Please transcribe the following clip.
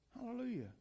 Hallelujah